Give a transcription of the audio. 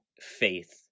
faith